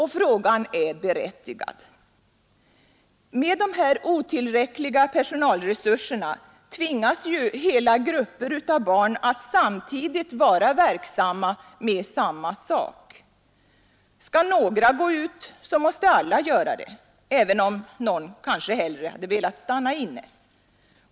Frågan är berättigad. Med de otillräckliga personalresurserna tvingas ju hela grupper av barn att samtidigt vara verksamma med samma sak. Skall några gå ut så måste alla göra det, även om någon kanske hellre hade velat stanna inne.